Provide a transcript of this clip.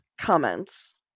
comments